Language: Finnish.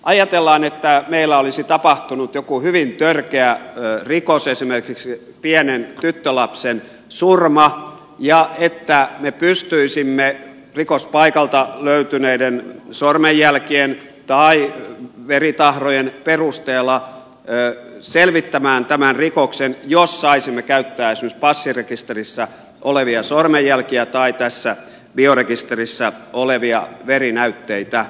ajatellaan että meillä olisi tapahtunut joku hyvin törkeä rikos esimerkiksi pienen tyttölapsen surma ja että me pystyisimme rikospaikalta löytyneiden sormenjälkien tai veritahrojen perusteella selvittämään tämän rikoksen jos saisimme käyttää esimerkiksi passirekisterissä olevia sormenjälkiä tai tässä biorekisterissä olevia verinäytteitä